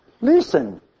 Listen